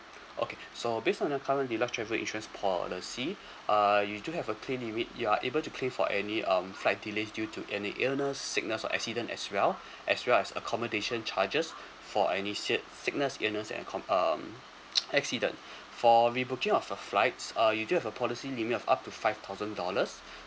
okay so based on your current deluxe travel insurance policy uh you do have a claim limit you're able to claim for any um flight delays due to any illness sickness or accident as well as well as accommodation charges for any sick~ sickness illness and com~ um accident for rebooking of your flights uh do you have a policy limit of up to five thousand dollars